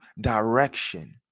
direction